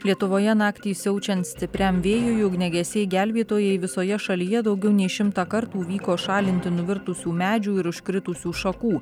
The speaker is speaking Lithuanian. lietuvoje naktį siaučiant stipriam vėjui ugniagesiai gelbėtojai visoje šalyje daugiau nei šimtą kartų vyko šalinti nuvirtusių medžių ir užkritusių šakų